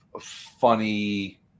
funny